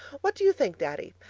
what do you think, daddy?